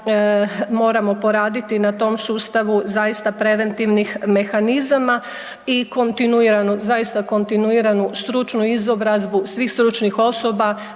moramo poraditi na tom sustavu zaista preventivnih mehanizama i kontinuiranu, zaista kontinuiranu stručnu izobrazbu svih stručnih osoba.